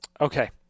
Okay